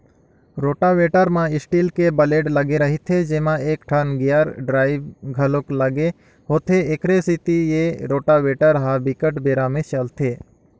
rotavator म steel के blade लगे रहिथे जेमा एकठन गेयर ड्राइव घलोक लगे होथे, एखरे सेती ए रोटावेटर ह बिकट बेरा ले चलथे